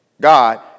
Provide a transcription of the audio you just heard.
God